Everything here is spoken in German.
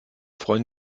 freuen